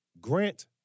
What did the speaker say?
Grant